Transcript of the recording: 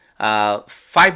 five